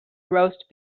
roast